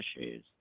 issues